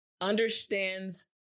understands